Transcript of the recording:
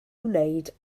wneud